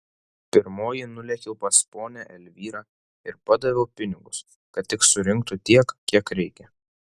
pirmoji nulėkiau pas ponią elvyrą ir padaviau pinigus kad tik surinktų tiek kiek reikia